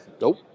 Nope